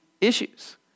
issues